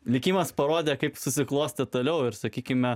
likimas parodė kaip susiklostė toliau ir sakykime